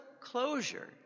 closure